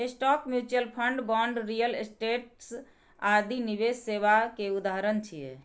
stock, mutual fund, bond, real estate आदि निवेश सेवा के उदाहरण छियै